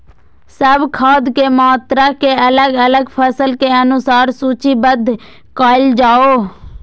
सब खाद के मात्रा के अलग अलग फसल के अनुसार सूचीबद्ध कायल जाओ?